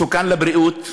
מסוכן לבריאות,